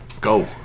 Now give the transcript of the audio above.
Go